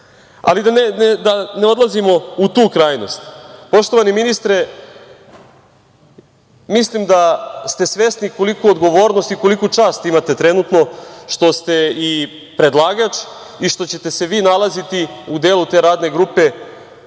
Ali, da ne ulazimo u tu krajnost. Poštovani ministre, mislim da ste svesni koliku odgovornost i koliku čast imate trenutno što ste i predlagač i što ćete se vi nalaziti u delu te radne grupe